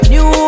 New